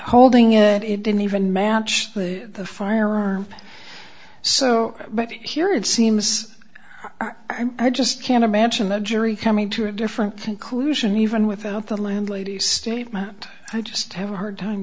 holding it it didn't even manch the firearm so here it seems i just can't imagine the jury coming to a different conclusion even without the landlady statement i just have a hard time